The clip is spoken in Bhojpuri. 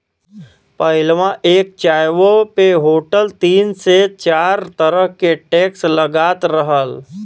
पहिलवा एक चाय्वो पे होटल तीन से चार तरह के टैक्स लगात रहल